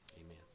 amen